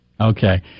Okay